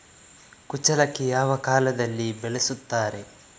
ಕುಚ್ಚಲಕ್ಕಿ ಯಾವ ಕಾಲದಲ್ಲಿ ಬೆಳೆಸುತ್ತಾರೆ?